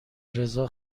رضا